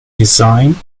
design